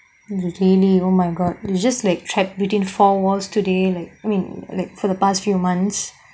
really oh my god you just like trapped between four walls today I mean like for the past few months